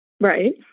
Right